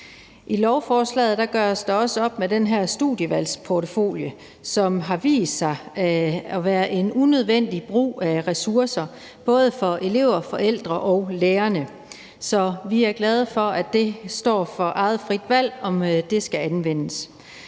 I lovforslaget gøres der også op med den her studievalgsportfolio, som har vist sig at være en unødvendig brug af ressourcer, både for elever, forældre og lærere. Så vi er glade for, at det er op til ens eget frie valg, om det skal anvendes.